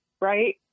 right